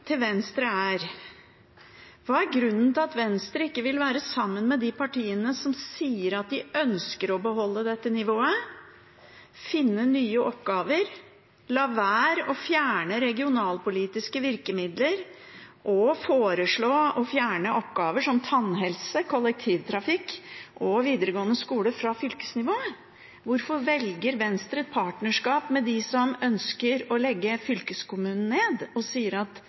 til Venstre er: Hva er grunnen til at Venstre ikke vil være sammen med de partiene som sier at de ønsker å beholde dette nivået, finne nye oppgaver, la være å fjerne regionalpolitiske virkemidler og oppgaver som tannhelse, kollektivtrafikk og videregående skole fra fylkesnivået? Hvorfor velger Venstre partnerskap med dem som ønsker å legge fylkeskommunen ned og sier at